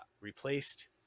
replaced